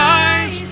eyes